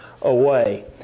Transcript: away